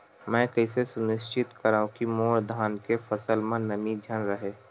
मैं कइसे सुनिश्चित करव कि मोर धान के फसल म नमी झन रहे?